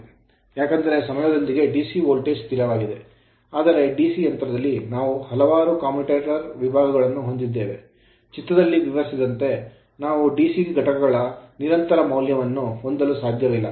ಏಕೆಂದರೆ ಸಮಯದೊಂದಿಗೆ DC voltage ಸ್ಥಿರವಾಗಿದೆ ಆದರೆ DC ಯಂತ್ರದಲ್ಲಿ ನಾವು ಹಲವಾರು commutator ಕಮ್ಯೂಟೇಟರ್ ವಿಭಾಗಗಳನ್ನು ಹೊಂದಿದ್ದೇವೆ ಚಿತ್ರದಲ್ಲಿ ವಿವರಿಸಿದಂತೆ ನಾವು DC ಘಟಕಗಳ ನಿರಂತರ ಮೌಲ್ಯವನ್ನು ಹೊಂದಲು ಸಾಧ್ಯವಿಲ್ಲ